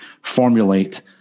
formulate